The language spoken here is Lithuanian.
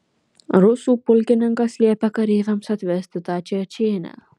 rusų pulkininkas liepė kareiviams atvesti tą čečėnę